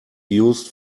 used